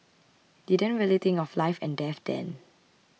didn't really think of life and death then